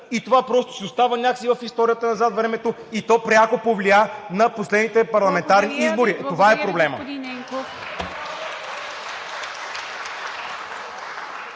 и това просто си остава някак си в историята назад във времето и то пряко повлия на последните парламентарни избори. Това е проблемът.